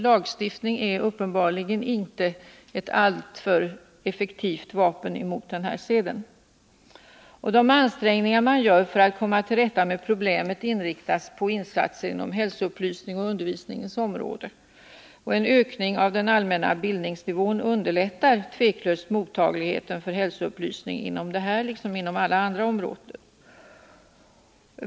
Lagstiftning är uppenbarligen inte ett effektivt vapen mot den här seden. De ansträngningar som görs för att man skall komma till rätta med problemet inriktas på insatser på hälsoupplysningens och undervisningens område. En ökning av den allmänna bildningsnivån underlättar tvivelsutan mottagligheten för hälsoupplysning på detta liksom på andra områden.